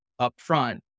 upfront